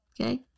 Okay